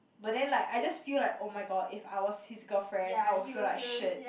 but then like I just feel like oh-my-god if I was his girlfriend I will feel like shit